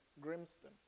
Grimston